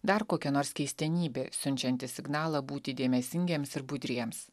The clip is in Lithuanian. dar kokia nors keistenybė siunčiantis signalą būti dėmesingiems ir budriems